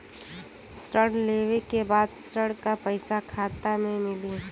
ऋण लेवे के बाद ऋण का पैसा खाता में मिली?